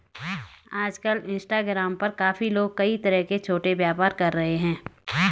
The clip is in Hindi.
आजकल इंस्टाग्राम पर काफी लोग कई तरह के छोटे व्यापार कर रहे हैं